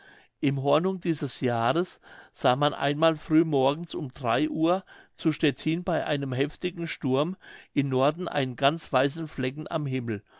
im hornung dieses jahres sah man einmal früh morgens um uhr zu stettin bei einem heftigen sturm in norden einen ganz weißen flecken am himmel